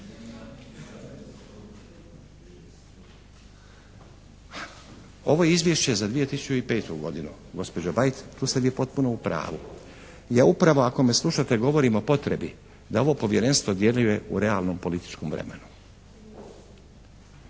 Ovo je Izvješće za 2005. godinu, gospođo Bajt, tu ste vi potpuno u pravu. Ja upravo ako me slušate govorim o potrebi da ovo Povjerenstvo djeluje u realnom političkom vremenu